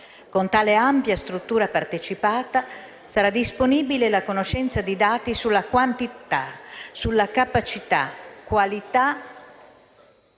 Con tale ampia struttura partecipata sarà disponibile la conoscenza di dati sulla quantità, capacità, qualità